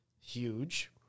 Huge